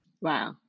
Wow